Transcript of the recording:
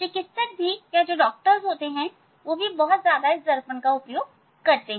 चिकित्सक भी बहुत ज्यादा इस दर्पण का उपयोग करते हैं